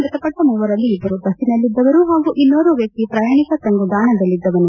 ಮೃತಪಟ್ಟ ಮೂವರಲ್ಲಿ ಇಬ್ಲರು ಬಸ್ಲಿನಲ್ಲಿದ್ದವರು ಹಾಗೂ ಇನ್ನೋರ್ವ ವ್ಯಕ್ತಿ ಪ್ರಯಾಣಿಕ ತಂಗುದಾಣದಲ್ಲಿದ್ದವನು